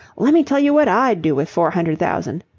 lemme tell you what i'd do with four hundred thousand.